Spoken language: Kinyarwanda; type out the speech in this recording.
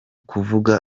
kuvuga